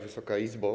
Wysoka Izbo!